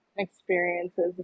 experiences